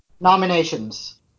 Nominations